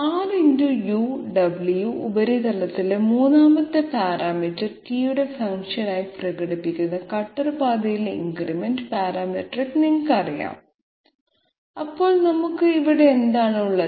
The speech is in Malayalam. Ruw ഉപരിതലത്തിലെ മൂന്നാമത്തെ പാരാമീറ്റർ t യുടെ ഫംഗ്ഷനായി പ്രകടിപ്പിക്കുന്ന കട്ടർ പാതയിലെ ഇൻക്രിമെന്റ് പാരാമെട്രിക് നിങ്ങൾക്കറിയാം അപ്പോൾ നമുക്ക് ഇവിടെ എന്താണ് ഉള്ളത്